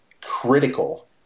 critical